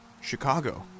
Chicago